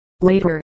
Later